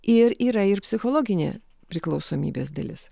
ir yra ir psichologinė priklausomybės dalis